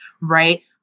right